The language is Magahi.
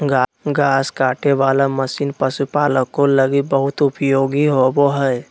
घास काटे वाला मशीन पशुपालको लगी बहुत उपयोगी होबो हइ